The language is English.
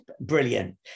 brilliant